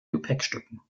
gepäckstücken